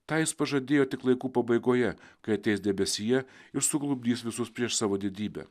tą jis pažadėjo tik laikų pabaigoje kai ateis debesyje ir suklupdys visus prieš savo didybę